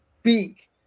speak